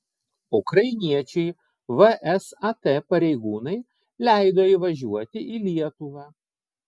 ukrainiečiui vsat pareigūnai leido įvažiuoti į lietuvą